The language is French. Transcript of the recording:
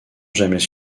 jamais